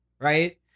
right